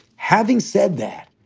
having said that,